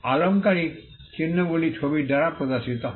আলংকারিক চিহ্নগুলি ছবি দ্বারা প্রদর্শিত হয়